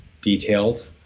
detailed